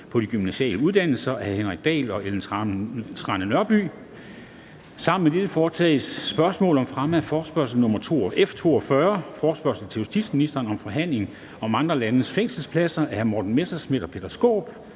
på de gymnasiale uddannelser. Af Henrik Dahl (LA) og Ellen Trane Nørby (V). (Anmeldelse 06.02.2020). 2) Spørgsmål om fremme af forespørgsel nr. F 42: Forespørgsel til justitsministeren om forhandlingerne med andre lande om fængselspladser. Af Morten Messerschmidt (DF) og Peter Skaarup